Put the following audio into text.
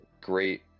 great